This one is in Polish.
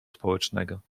społecznego